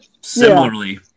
Similarly